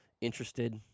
interested